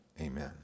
Amen